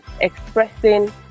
expressing